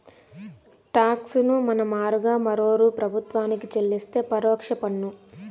talks ను మన మారుగా మరోరూ ప్రభుత్వానికి చెల్లిస్తే పరోక్ష పన్ను